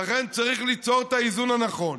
לכן, צריך למצוא את האיזון הנכון